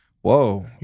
Whoa